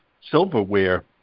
silverware